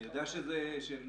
אני יודע שזה של